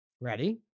ready